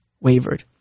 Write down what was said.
wavered